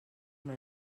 una